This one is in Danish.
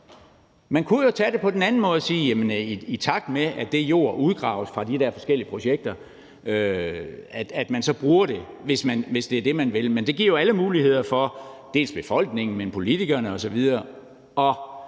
Man kunne jo tage det på den anden måde og sige, at i takt med at jord udgraves fra de forskellige projekter, bruger vi det – hvis det er det, man vil. Men det giver jo alle muligheder – for dels befolkningen, dels politikerne osv.